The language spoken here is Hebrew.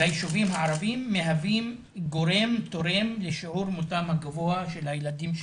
ביישובים הערביים מהווה גורם תורם לשיעור מותם הגבוה של הילדים שלנו.